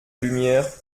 lumière